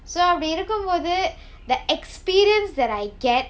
so அப்படி இருக்கும் போது:appadi irrukum pothu the experience that I get